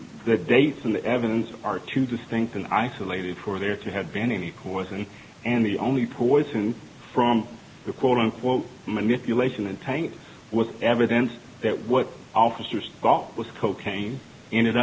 the dates on the evidence are two distinct and isolated for there to have been any cause and and the only poison from the quote unquote manipulation and tank was evidence that what officers thought was cocaine ended